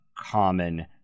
common